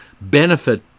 benefit